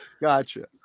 Gotcha